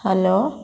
hello